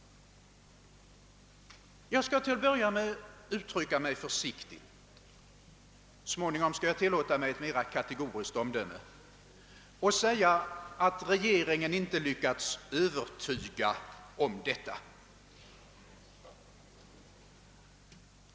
Jag skall till att börja med uttrycka mig försiktigt — småningom skall jag tillåta mig ett mera kategoriskt omdöme — och säga att regeringen inte lyckats övertyga om detta.